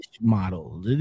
model